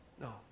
No